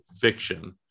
fiction